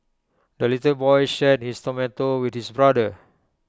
the little boy shared his tomato with his brother